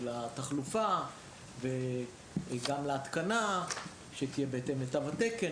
לתחלופה או להתקנה שתהיה בהתאם לתו התקן